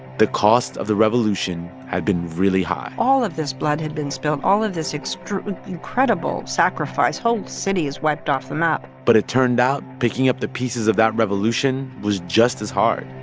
the cost of the revolution had been really high all of this blood had been spilled, all of this incredible sacrifice, whole cities wiped off the map but it turned out picking up the pieces of that revolution was just as hard.